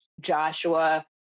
Joshua